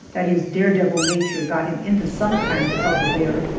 that his dare-devil nature got him into some kind of trouble there,